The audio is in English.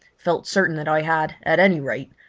felt certain that i had, at any rate,